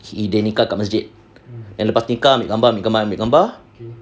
dia nikah kat masjid then lepas nikah ambil gambar ambil gambar ambil gambar